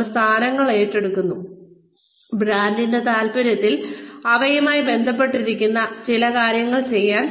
നമ്മൾ സ്ഥാനങ്ങൾ ഏറ്റെടുക്കുന്നു ബ്രാൻഡിന്റെ താൽപ്പര്യത്തിൽ അവയുമായി ബന്ധപ്പെട്ടിരിക്കാവുന്ന ചില കാര്യങ്ങൾ ചെയ്യാൻ